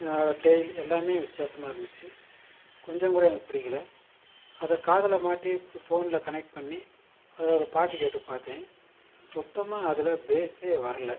அதோடய டெயில் எல்லாமே வித்தியாசமாக இருந்துச்சு கொஞ்சம்கூட எனக்கு பிடிக்கல அதை காதில் மாட்டி ஃபோனில் கனெக்ட் பண்ணி அதில் ஒரு பாட்டு கேட்டு பார்த்தேன் சுத்தமாக அதில் பேஸ்ஸே வரலை